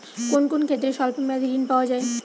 কোন কোন ক্ষেত্রে স্বল্প মেয়াদি ঋণ পাওয়া যায়?